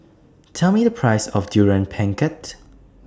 Tell Me The Price of Durian Pengat